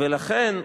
ולכן,